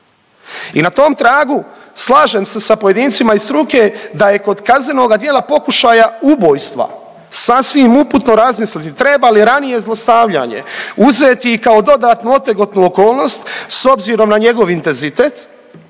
I na tom tragu slažem se sa pojedincima iz struke da je kod kaznenoga djela pokušaja ubojstva sasvim uputno razmisliti treba li ranije zlostavljanje uzeti i kao dodatnu otegotnu okolnost s obzirom na njegov intenzitet